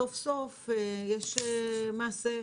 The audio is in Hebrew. סוף סוף יש מעשה.